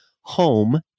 home